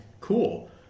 Cool